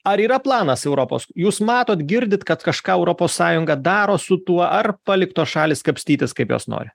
ar yra planas europos jūs matot girdit kad kažką europos sąjunga daro su tuo ar paliktos šalys kapstytis kaip jos nori